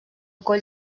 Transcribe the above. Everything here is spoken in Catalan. coll